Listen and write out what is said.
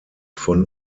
von